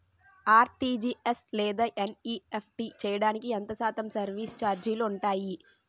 RTGS లేదా NEFT చేయడానికి ఎంత శాతం సర్విస్ ఛార్జీలు ఉంటాయి?